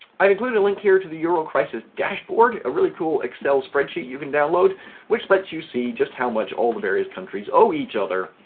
i've included a link here to the euro crisis dashboard a really cool excel spreadsheet you can download which lets you see just how much all the various countries owe each other